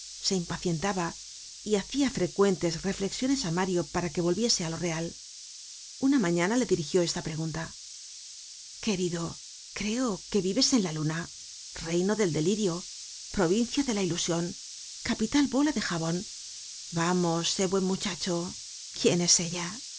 se impacientaba y hacia frecuentes reflexiones á mario para que volviese á lo real una mañana le dirigió esta pregunta querido creo que vives en la luna reino del delirio provincia de la ilusion capital bola de jabon vamos sé buen muchacho quién es ella